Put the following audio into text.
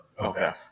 Okay